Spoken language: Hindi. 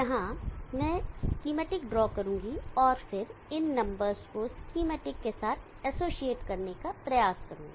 यहां मैं एसकेमैटिक ड्रॉ करूंगा और फिर इन नंबर्स को एसकेमैटिक के साथ एसोसिएट करने का प्रयास करूंगा